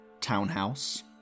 townhouse